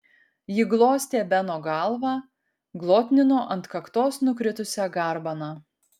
ji glostė beno galvą glotnino ant kaktos nukritusią garbaną